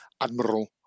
Admiral